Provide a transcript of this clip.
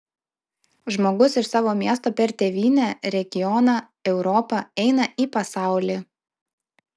žmogus iš savo miesto per tėvynę regioną europą eina į pasaulį